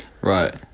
Right